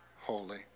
holy